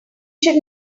should